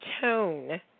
tone